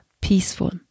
peaceful